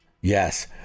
Yes